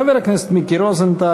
חבר הכנסת מיקי רוזנטל,